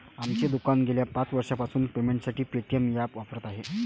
आमचे दुकान गेल्या पाच वर्षांपासून पेमेंटसाठी पेटीएम ॲप वापरत आहे